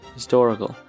Historical